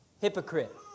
hypocrite